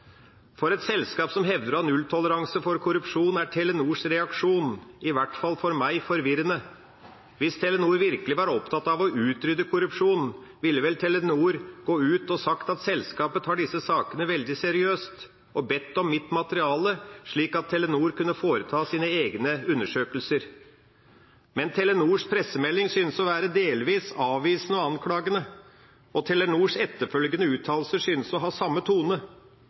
«For et selskap som hevder å ha nulltoleranse for korrupsjon, er Telenors reaksjon, i hvert fall for meg, forvirrende. Hvis Telenor virkelig var opptatt av å utrydde korrupsjon, ville vel Telenor gå ut og sagt at selskapet tar disse sakene veldig seriøst og bedt om mitt materiale slik at Telenor kunne foreta sine egne undersøkelser. Men Telenors pressemelding synes å være, delvis, avvisende og anklagende, og Telenors etterfølgende uttalelser synes å ha samme tone.